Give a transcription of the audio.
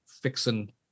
fixing